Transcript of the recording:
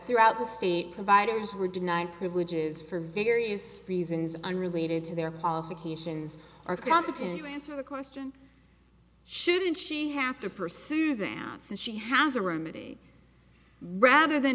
throughout the state providers were denied privileges for various reasons unrelated to their qualifications are competent to answer the question shouldn't she have to pursue them out since she has a room rather than